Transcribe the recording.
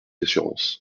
d’assurances